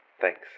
Thanks